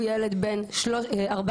ילד בן 14,